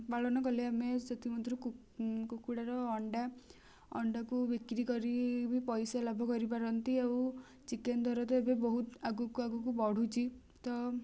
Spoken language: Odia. ପାଳନ କଲେ ଆମେ ସେଥିମଧ୍ୟରୁ କୁକୁଡ଼ାର ଅଣ୍ଡା ଅଣ୍ଡାକୁ ବିକ୍ରି କରି ବି ପଇସା ଲାଭ କରିପାରନ୍ତି ଆଉ ଚିକେନ୍ ଦ୍ୱାରା ତ ଏବେ ବହୁତ ଆଗକୁ ଆଗକୁ ବଢ଼ୁଛି ତ